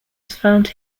found